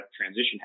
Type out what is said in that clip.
transition